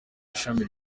ishami